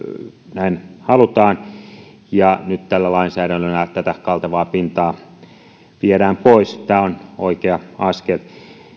näin halutaan nyt tällä lainsäädännöllä tätä kaltevaa pintaa viedään pois tämä on oikea askel